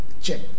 check